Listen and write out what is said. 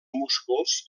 músculs